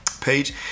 page